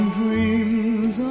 dreams